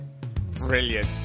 Brilliant